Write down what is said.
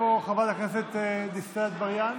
איפה חברת הכנסת דיסטל אטבריאן?